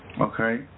Okay